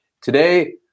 Today